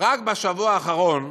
רק בשבוע האחרון